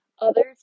others